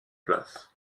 place